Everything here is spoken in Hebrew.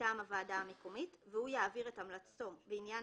מטעם הוועדה המקומית והוא יעביר את המלצתו בעניין